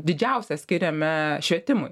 didžiausią skiriame švietimui